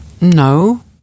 No